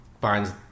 binds